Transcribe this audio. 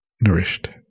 nourished